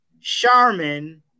Charmin